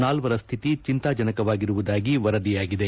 ನಾಲ್ವರ ಸ್ವಿತಿ ಚಿಂತಾಜನಕವಾಗಿರುವುದಾಗಿ ವರದಿಯಾಗಿದೆ